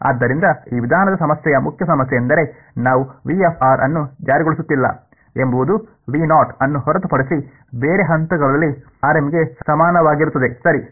ಆದ್ದರಿಂದ ಈ ವಿಧಾನದ ಸಮಸ್ಯೆಯ ಮುಖ್ಯ ಸಮಸ್ಯೆ ಎಂದರೆ ನಾವು ಅನ್ನು ಜಾರಿಗೊಳಿಸುತ್ತಿಲ್ಲ ಎಂಬುದು ಅನ್ನು ಹೊರತುಪಡಿಸಿ ಬೇರೆ ಹಂತಗಳಲ್ಲಿ rm ಗೆ ಸಮಾನವಾಗಿರುತ್ತದೆ ಸರಿ